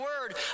word